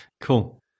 Cool